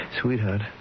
Sweetheart